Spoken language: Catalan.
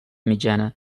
mitjana